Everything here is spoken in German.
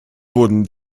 wurden